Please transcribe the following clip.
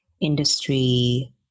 industry